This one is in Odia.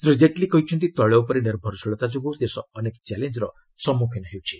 ଶ୍ରୀ ଜେଟ୍ଲୀ କହିଛନ୍ତି ତୈଳ ଉପରେ ନିର୍ଭରଶୀଳତା ଯୋଗୁଁ ଦେଶ ଅନେକ ଚ୍ୟାଲେଞ୍ଚର ସମ୍ମୁଖୀନ ହେଉଛି